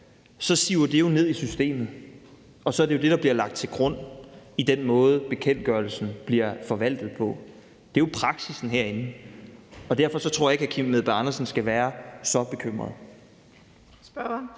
så siver det jo ned i systemet, og så er det jo det, der bliver lagt til grund for den måde, bekendtgørelsen bliver forvaltet på. Det er jo praksissen herinde. Derfor tror jeg ikke, hr. Kim Edberg Andersen skal være så bekymret.